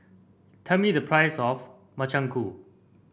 tell me the price of Makchang Gui